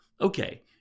Okay